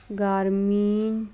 ਗ੍ਰਾਮੀਣ